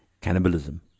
cannibalism